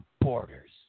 borders